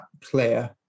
player